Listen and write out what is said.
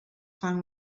fan